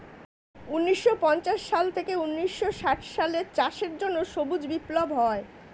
ঊন্নিশো পঞ্চাশ সাল থেকে ঊন্নিশো ষাট সালে চাষের জন্য সবুজ বিপ্লব হয়